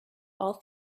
all